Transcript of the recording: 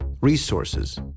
resources